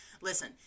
Listen